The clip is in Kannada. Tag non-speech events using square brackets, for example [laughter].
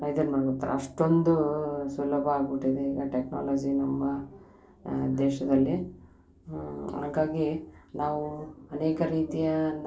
[unintelligible] ಮಾಡ್ಬಿಡ್ತಾರೆ ಅಷ್ಟೊಂದು ಸುಲಭ ಆಗಿಬಿಟ್ಟಿದೆ ಈಗ ಟೆಕ್ನಾಲಜಿ ನಮ್ಮ ದೇಶದಲ್ಲಿ ಹಾಗಾಗಿ ನಾವು ಅನೇಕ ರೀತಿಯನ್ನು